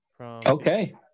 okay